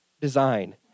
Design